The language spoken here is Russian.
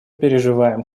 переживаем